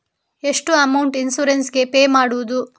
ಎಷ್ಟು amount insurance ಗೇ pay ಮಾಡುವುದು?